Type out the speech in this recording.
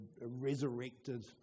resurrected